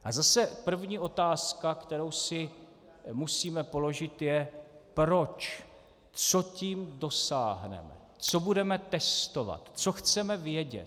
A zase první otázka, kterou si musíme položit, je proč, co tím dosáhneme, co budeme testovat, co chceme vědět.